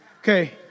Okay